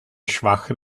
schwachem